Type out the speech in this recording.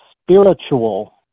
spiritual